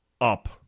up